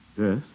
Yes